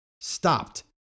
stopped